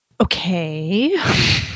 Okay